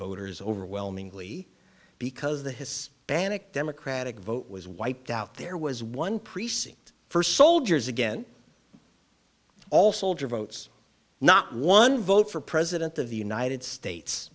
voters overwhelmingly because the hispanic democratic vote was wiped out there was one precinct for soldiers again all soldier votes not one vote for president of the united states